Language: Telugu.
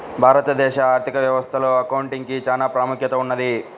భారతదేశ ఆర్ధిక వ్యవస్థలో అకౌంటింగ్ కి చానా ప్రాముఖ్యత ఉన్నది